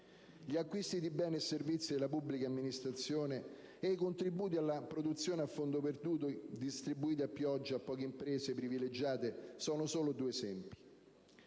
Gli acquisti di beni e servizi della pubblica amministrazione e i contributi alla produzione a fondo perduto distribuiti a pioggia a poche imprese privilegiate sono solo due esempi.